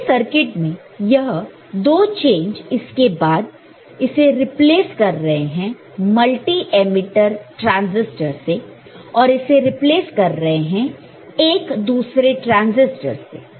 पिछले सर्किट में यह दो चेंज इसके बाद इसे रिप्लेस कर रहे हैं मल्टी एमिटर ट्रांसिस्टर से और इसे रिप्लेस कर रहे हैं एक दूसरे ट्रांसिस्टर से